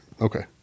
Okay